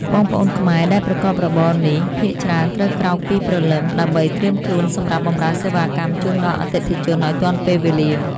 បងប្អូនខ្មែរដែលប្រកបរបរនេះភាគច្រើនត្រូវក្រោកតាំងពីព្រលឹមដើម្បីត្រៀមខ្លួនសម្រាប់បម្រើសេវាកម្មជូនដល់អតិថិជនឱ្យទាន់ពេលវេលា។